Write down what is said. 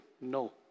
no